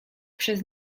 przez